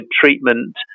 treatment